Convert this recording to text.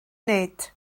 nid